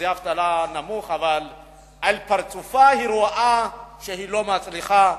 אחוזי האבטלה אבל על פרצופה היא רואה שהיא לא מצליחה,